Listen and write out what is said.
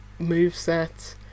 moveset